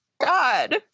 god